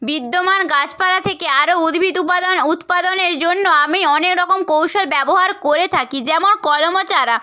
বিদ্যমান গাছপালা থেকে আরও উদ্ভিদ উপাদান উৎপাদনের জন্য আমি অনেক রকম কৌশল ব্যবহার করে থাকি যেমন কলম ও চারা